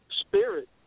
spirit